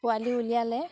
পোৱালি উলিয়ালে